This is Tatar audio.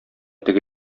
теге